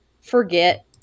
forget